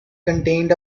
contained